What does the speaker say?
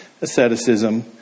asceticism